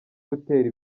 gutera